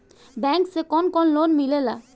Bank से कौन कौन लोन मिलेला?